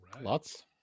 Lots